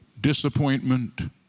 Disappointment